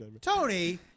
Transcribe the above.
Tony